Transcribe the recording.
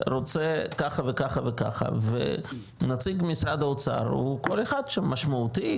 רוצה ככה וככה וככה ונציג משרד האוצר הוא כל אחד שמה משמעותי,